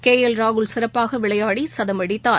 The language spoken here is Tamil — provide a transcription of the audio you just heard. கேளல் ராகுல் சிறப்பாகவிளையாடிசதமடித்தார்